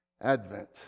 Advent